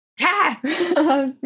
ha